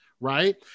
right